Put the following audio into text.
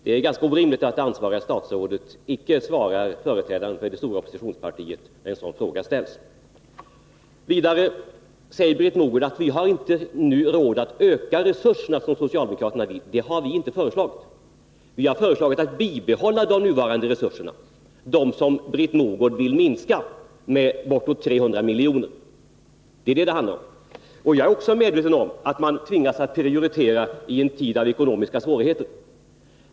Det är ganska orimligt att det ansvariga statsrådet icke svarar företrädaren för det stora oppositionspartiet när sådana frågor ställs. Vidare säger Britt Mogård att vi nu inte har råd att öka resurserna på det sätt som socialdemokraterna vill. Detta har vi socialdemokrater inte föreslagit. Vi har föreslagit att man skall bibehålla de nuvarande resurserna — de resurser som Britt Mogård vill minska med bortåt 300 milj.kr. Det är detta det handlar om. Jag är också medveten om att man tvingas att prioritera i en tid då det råder ekonomiska svårigheter.